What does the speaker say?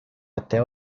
até